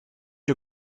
you